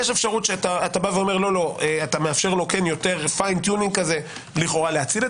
יש אפשרות שאתה מאפשר לו יותר פיין טיונינג להציל את